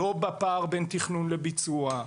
לא בפער בין תכנון לביצוע,